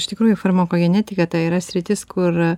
iš tikrųjų farmakogenetika tai yra sritis kur